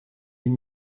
une